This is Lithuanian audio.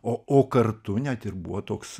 o o kartu net ir buvo toks